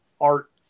art